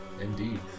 Indeed